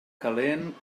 calent